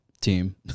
team